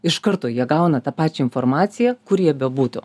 iš karto jie gauna tą pačią informaciją kur jie bebūtų